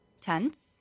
tense